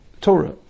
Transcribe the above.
Torah